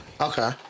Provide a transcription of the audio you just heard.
Okay